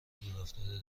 دورافتاده